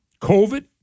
COVID